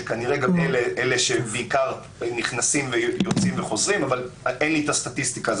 שכנראה גם אלה שבעיקר יוצאים וחוזרים אבל אין לי את הסטטיסטיקה לכן